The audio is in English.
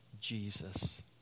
Jesus